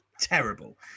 terrible